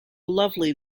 lovely